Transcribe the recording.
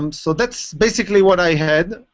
um so that's basically what i had.